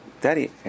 Daddy